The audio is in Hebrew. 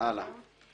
הלאה.